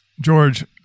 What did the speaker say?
George